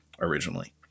originally